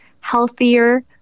healthier